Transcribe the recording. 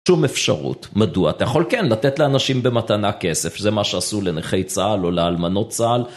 שום אפשרות, מדוע אתה יכול כן לתת לאנשים במתנה כסף, שזה מה שעשו לנכי צה"ל או לאלמנות צה"ל.